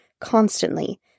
constantly